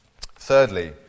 Thirdly